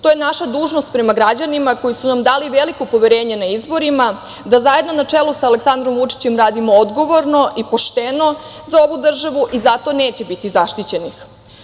To je naša dužnost prema građanima koji su nam dali veliko poverenje na izborima da zajedno na čelu sa Aleksandrom Vučićem radimo odgovorno i pošteno za ovu državu i zato neće biti zaštićenih.